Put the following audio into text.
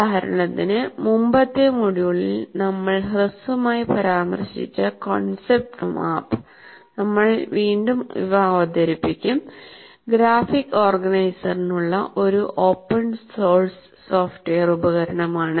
ഉദാഹരണത്തിന് മുമ്പത്തെ മൊഡ്യൂളിൽ നമ്മൾ ഹ്രസ്വമായി പരാമർശിച്ച കോൺസെപ്റ്റ് മാപ്പ് നമ്മൾ വീണ്ടും അവതരിപ്പിക്കും ഗ്രാഫിക് ഓർഗനൈസറിനുള്ള ഒരു ഓപ്പൺ സോഴ്സ് സോഫ്റ്റ്വെയർ ഉപകരണമാണ്